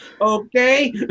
Okay